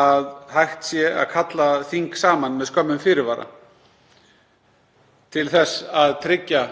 að hægt sé að kalla þing saman með skömmum fyrirvara til þess að tryggja